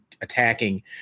attacking